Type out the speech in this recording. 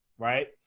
right